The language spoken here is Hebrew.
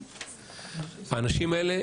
האנשים האלה,